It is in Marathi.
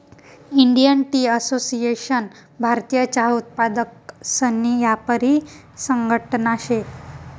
इंडियन टी असोसिएशन भारतीय चहा उत्पादकसनी यापारी संघटना शे